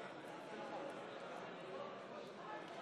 חברי הכנסת,